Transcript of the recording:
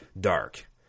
dark